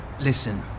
Listen